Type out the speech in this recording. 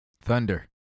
Thunder